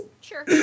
Sure